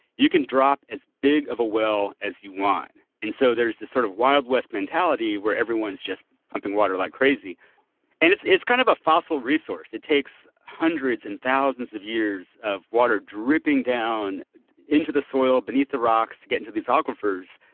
you can drop as big of a well as you want. and so there's this sort of wild west mentality where everyone's just pumping water like crazy and it's it's kind of a fossil resource. it takes hundreds and thousands of years of water dripping down into the soil beneath the rocks to get into these aquifers.